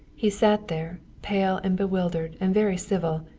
he sat there, pale and bewildered and very civil,